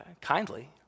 kindly